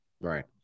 Right